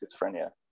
schizophrenia